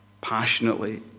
passionately